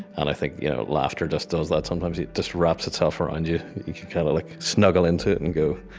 and i think you know laughter just does that sometimes. it just wraps itself around you. you can kind of like snuggle into it and go,